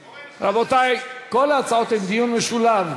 רבותי, כל ההצעות הן דיון משולב.